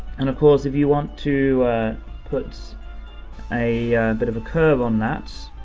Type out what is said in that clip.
and of course, if you want to put a bit of a curve on that,